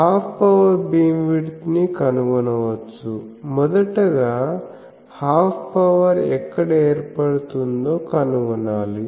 half power beamwidth ని కనుగొనవచ్చు మొదటగా హాఫ్ పవర్ ఎక్కడ ఏర్పడుతుందో కనుగొనాలి